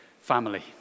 family